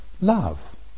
Love